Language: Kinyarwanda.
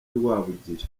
rwabugiri